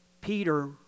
Peter